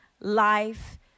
life